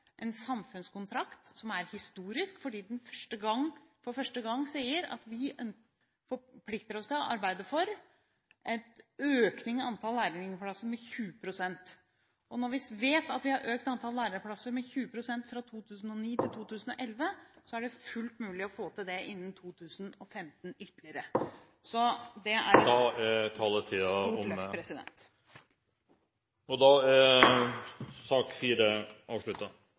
en samfunnskontrakt, som er historisk fordi den for første gang sier at vi forplikter oss til å arbeide for en økning i antall lærlingplasser med 20 pst. Når vi vet at vi har økt antall lærlingplasser med 20 pst. fra 2009 til 2011, er det fullt mulig å få til det innen 2015. Det er et stort løft. Da er debatten i sak nr. 4 avsluttet. Etter ønske fra familie- og